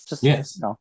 Yes